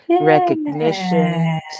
recognition